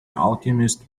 alchemist